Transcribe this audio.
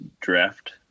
draft